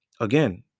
again